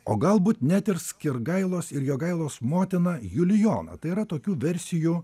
o galbūt net ir skirgailos ir jogailos motina julijona tai yra tokių versijų